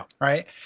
Right